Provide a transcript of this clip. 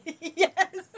Yes